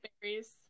berries